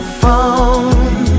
phone